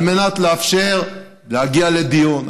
על מנת לאפשר להגיע לדיון,